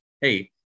hey